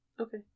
Okay